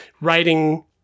writing